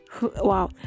Wow